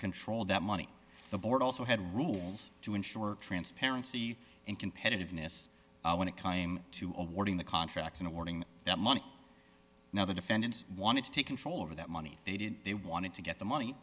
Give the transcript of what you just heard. controlled that money the board also had rules to ensure transparency and competitiveness when it came to all warning the contracts in awarding that money now the defendant wanted to take control over that money they did they wanted to get the money